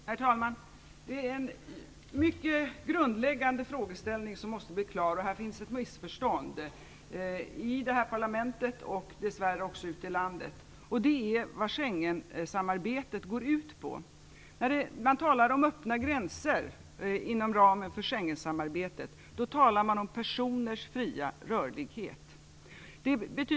Herr talman! Detta är en mycket grundläggande frågeställning, som måste klaras ut. Det föreligger ett missförstånd i parlamentet och dess värre även ute i landet. Det handlar om vad Schengensamarbetet går ut på. När man talar om öppna gränser inom ramen för Schengensamarbetet menar man personers fria rörlighet.